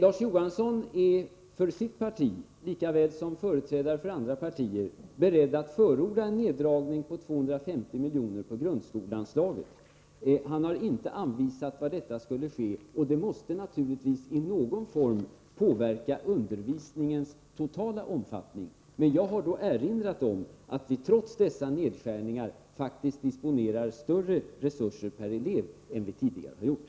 Larz Johansson är för sitt parti — liksom företrädare för andra partier är det — beredd att förorda en neddragning på 250 miljoner på grundskoleanslaget. Men han har inte anvisat var detta skulle ske. Det måste naturligtvis i någon form påverka undervisningens totala omfattning. Men jag har då erinrat om att vi trots dessa nedskärningar faktiskt disponerar större resurser per elev än vi tidigare gjort.